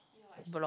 block